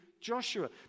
Joshua